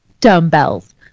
dumbbells